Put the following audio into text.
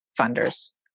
funders